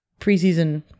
preseason